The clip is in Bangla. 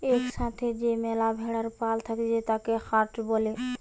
এক সাথে যে ম্যালা ভেড়ার পাল থাকতিছে তাকে হার্ড বলে